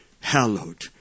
Hallowed